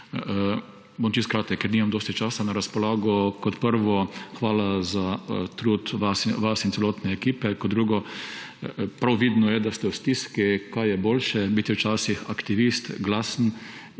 Bom čisto kratek, ker nimam dosti časa na razpolago. Kot prvo, hvala za trud vas in celotne ekipe. Kot drugo, prav vidno je, da ste v stiski, kaj je boljše, biti včasih aktivist glasen